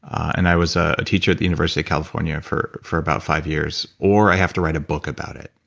and i was a teacher at the university california for for about five years, or i have to write a book about it.